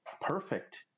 perfect